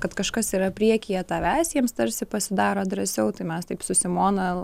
kad kažkas yra priekyje tavęs jiems tarsi pasidaro drąsiau tai mes taip su simona